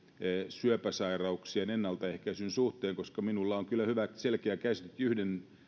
syöpäsairauksien ennaltaehkäisyn suhteen koska minulla on kyllä hyvä selkeä käsitys että yhden